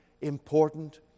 important